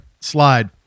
slide